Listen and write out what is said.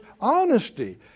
honesty